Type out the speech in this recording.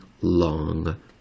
long